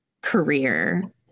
career